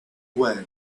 way